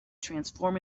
transform